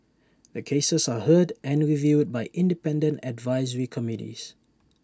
the cases are heard and reviewed by independent advisory committees